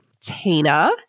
Tina